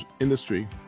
industry